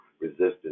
resistance